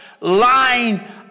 line